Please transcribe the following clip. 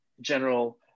general